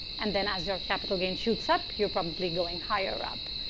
and then as your capital gain shoots up, you're probably going higher-up.